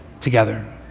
together